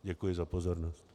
Děkuji za pozornost.